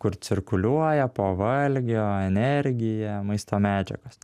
kur cirkuliuoja po valgio energija maisto medžiagos